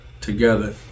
together